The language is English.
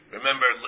Remember